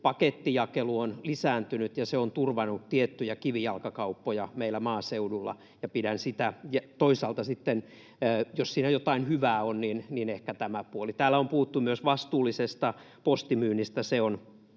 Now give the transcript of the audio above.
pakettijakelu on lisääntynyt, ja se on turvannut tiettyjä kivijalkakauppoja meillä maaseudulla, eli toisaalta jos siinä jotain hyvää on, niin ehkä tämä puoli. Täällä on puhuttu myös vastuullisesta postimyynnistä.